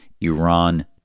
Iran